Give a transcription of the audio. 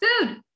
food